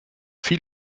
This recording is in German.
viel